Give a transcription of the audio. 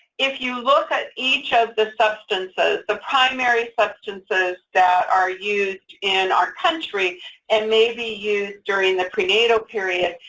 if you look at each of the substances, the primary substances that are used in our country and maybe used during the prenatal period,